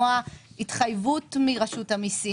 הוא מחויב במיליוני שקלים.